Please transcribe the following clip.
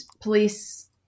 police